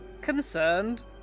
concerned